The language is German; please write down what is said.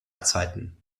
zeiten